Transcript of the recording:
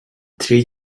three